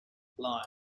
line